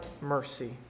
mercy